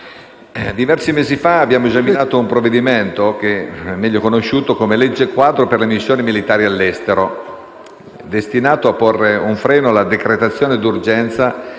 diversi mesi fa abbiamo esaminato un provvedimento, meglio conosciuto come "legge quadro per le missioni militari all'estero", destinato a porre un freno alla decretazione di urgenza